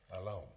alone